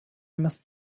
must